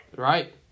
Right